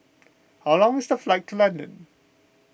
how long is the flight to London